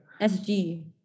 SG